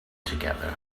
together